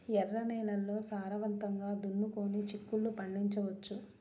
ఎర్ర నేలల్లో సారవంతంగా దున్నుకొని చిక్కుళ్ళు పండించవచ్చు